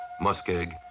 muskeg